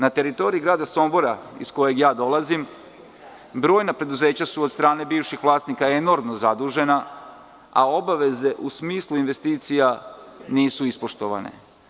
Na teritoriji grada Sombora, iz kojeg ja dolazim, brojna preduzeća su od strane bivših vlasnika enormno zadužena, a obaveze u smislu investicija nisu ispoštovane.